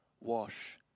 Wash